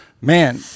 Man